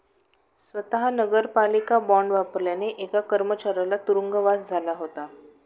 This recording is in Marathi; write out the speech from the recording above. स्वत नगरपालिका बॉंड वापरल्याने एका कर्मचाऱ्याला तुरुंगवास झाला होता